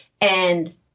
And-